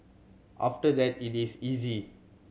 after that it is easy